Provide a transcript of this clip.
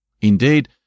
Indeed